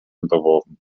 unterworfen